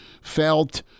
felt